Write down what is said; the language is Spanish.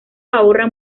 ahorra